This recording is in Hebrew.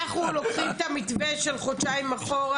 אנחנו לוקחים את המתווה של חודשיים אחורה.